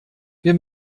wir